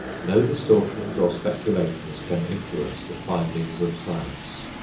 no distortions or speculations can influence the findings of science.